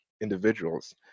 individuals